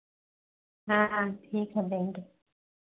हाँ ठीक है देंगे